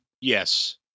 Yes